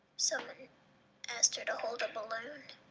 someone asked her to hold a balloon.